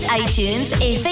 iTunes